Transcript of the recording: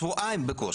בקושי שבועיים.